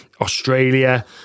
Australia